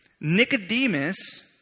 Nicodemus